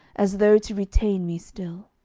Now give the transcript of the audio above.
as though to retain me still.